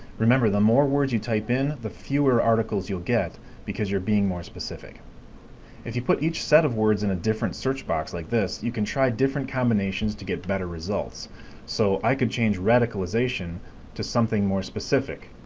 remember, the more words you type in, the fewer articles you'll get because you're being more specific if you put each set of words in a different search box like this, you can try different combinations to get better results so, i could change radicalization to something more specific,